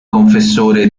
confessore